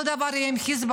אותו דבר יהיה עם חיזבאללה.